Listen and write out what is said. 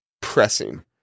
pressing